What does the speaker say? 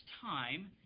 time